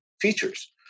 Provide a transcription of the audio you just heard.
features